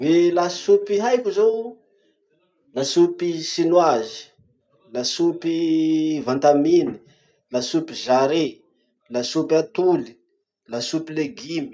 Gny lasopy haiko zao: lasopy chinoise, lasopy van tan mine, lasopy jarret, lasopy atoly, lasopy legume.